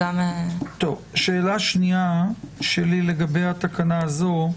השאלה השנייה שלי לגבי התקנה הזאת.